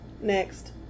next